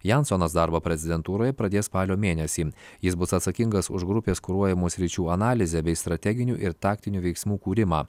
jansonas darbą prezidentūroj pradės spalio mėnesį jis bus atsakingas už grupės kuruojamų sričių analizę bei strateginių ir taktinių veiksmų kūrimą